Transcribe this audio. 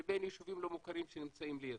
לבין יישובים לא מוכרים שנמצאים לידו.